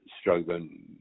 struggling